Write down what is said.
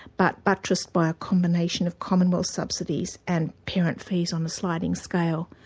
but buttressed by a combination of commonwealth subsidies and parent fees on a sliding scale.